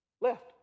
left